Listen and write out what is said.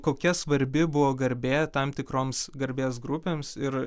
kokia svarbi buvo garbė tam tikroms garbės grupėms ir